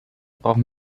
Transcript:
brauchen